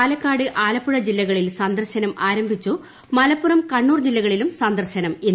പാലക്കാട് ആലപ്പുഴ ജില്ലകളിൽ സന്ദർശനം ആരംഭിച്ചു മലപ്പുറം കണ്ണൂർ ജില്ലകളിലും സന്ദർശനം ഇന്ന്